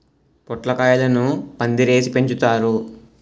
పొట్లకాయలను పందిరేసి పెంచుతారు